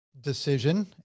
decision